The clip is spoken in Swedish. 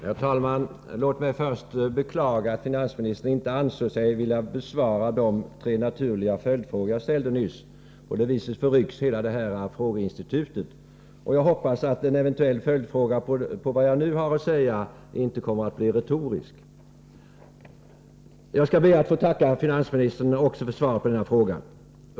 Herr talman! Låt mig först beklaga att finansministern inte ansåg sig vilja besvara de tre naturliga följdfrågor jag nyss ställde. På det viset förrycks hela detta frågeinstitut. Jag hoppas att en eventuell följdfråga till vad jag nu har att säga inte kommer att bli retorisk. Jag skall be att få tacka finansministern också för svaret på denna fråga.